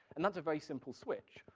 and that's a very simple switch.